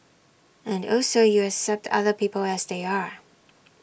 and also you accept other people as they are